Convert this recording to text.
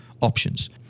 options